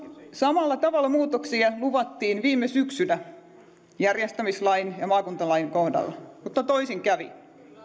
samalla tavalla muutoksia luvattiin viime syksynä järjestämislain ja maakuntalain kohdalla mutta toisin kävi